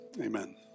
amen